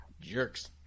Jerks